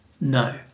No